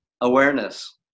awareness